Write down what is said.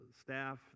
staff